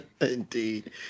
Indeed